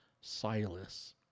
Silas